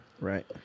Right